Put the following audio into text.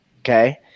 okay